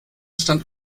stand